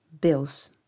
bills